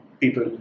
people